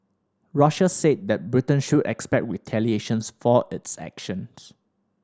Russia said that Britain should expect retaliations for its actions